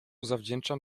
zawdzięczam